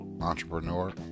entrepreneur